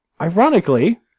ironically